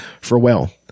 farewell